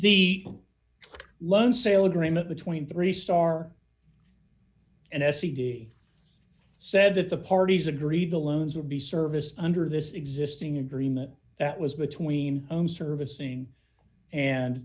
the loan sale agreement between three star and s e d said that the parties agreed the loans would be serviced under this existing agreement that was between own servicing and